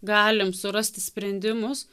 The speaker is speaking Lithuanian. galim surasti sprendimus